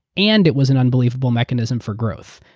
and it was an unbelievable mechanism for growth.